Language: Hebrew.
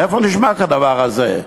איפה נשמע כדבר הזה?